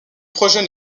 projet